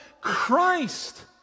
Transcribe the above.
Christ